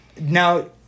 Now